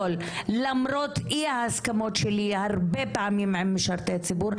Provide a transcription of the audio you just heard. למרות אי ההסכמות שלי הרבה פעמים עם משרתי ציבור,